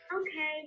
Okay